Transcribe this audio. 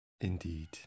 Indeed